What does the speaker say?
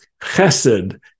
Chesed